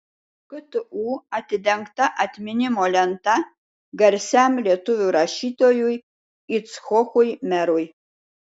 ktu atidengta atminimo lenta garsiam lietuvių rašytojui icchokui merui